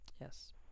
Yes